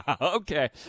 okay